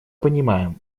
понимаем